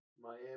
Miami